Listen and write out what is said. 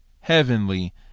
heavenly